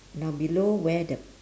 now below where the